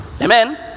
Amen